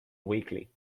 weekly